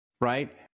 right